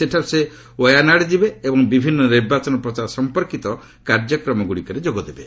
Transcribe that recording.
ସେଠାରୁ ସେ ୱୟାନାଡ଼ ଯିବେ ଏବଂ ବିଭିନ୍ନ ନିର୍ବାଚନ ପ୍ରଚାର ସମ୍ପର୍କିତ କାର୍ଯ୍ୟକ୍ରମଗୁଡ଼ିକରେ ଯୋଗଦେବେ